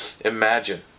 imagine